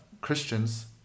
Christians